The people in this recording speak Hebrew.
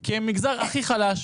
כי הם מגזר הכי חלש,